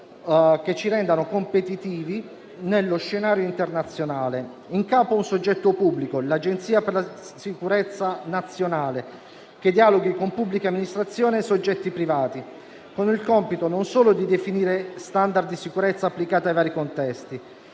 che ci rendano competitivi nello scenario internazionale. In capo c'è un soggetto pubblico, l'Agenzia per la cybersicurezza nazionale, che dialoga con pubbliche amministrazioni e soggetti privati, con il compito non solo di definire *standard* di sicurezza applicata ai vari contesti,